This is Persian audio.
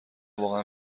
واقعا